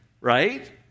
right